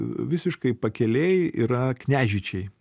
visiškai pakelėj yra kniažyčiai